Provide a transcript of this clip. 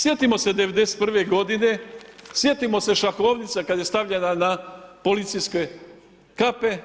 Sjetimo se '91. godine, sjetimo se šahovnice kad je stavljena na policijske kape,